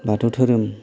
बाथौ धोरोम